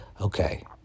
okay